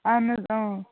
اَہَن حظ